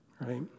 Right